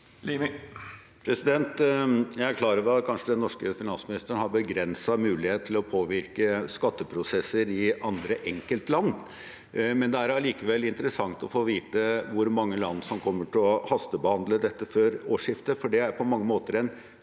Jeg er klar over at den norske finansministeren kanskje har begrenset mulighet til å påvirke skatteprosesser i andre enkeltland. Likevel er det interessant å få vite hvor mange land som kommer til å hastebehandle dette før årsskiftet, for det er på mange måter en